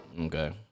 Okay